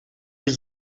dat